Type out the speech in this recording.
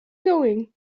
going